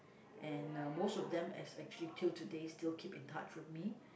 and uh most of them has actually till today still keep in touch with me